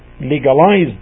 legalized